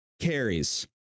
carries